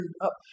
up